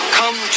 come